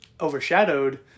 overshadowed